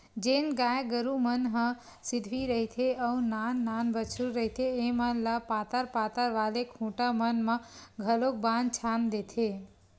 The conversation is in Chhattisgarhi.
जेन गाय गरु मन ह सिधवी रहिथे अउ नान नान बछरु रहिथे ऐमन ल पातर पातर वाले खूटा मन म घलोक बांध छांद देथे